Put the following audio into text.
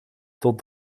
tot